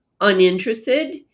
uninterested